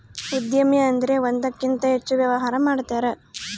ಉದ್ಯಮಿ ಅಂದ್ರೆ ಒಂದಕ್ಕಿಂತ ಹೆಚ್ಚು ವ್ಯವಹಾರ ಮಾಡ್ತಾರ